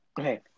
Okay